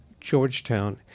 georgetown